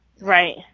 Right